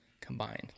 combined